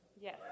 Yes